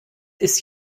ist